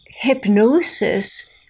Hypnosis